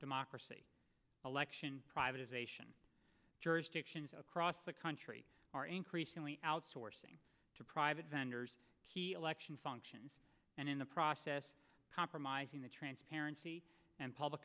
democracy election privatization jurisdictions across the country are increasingly outsourcing to private vendors election functions and in the process compromising the transparency and public